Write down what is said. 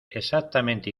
exactamente